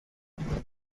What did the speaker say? این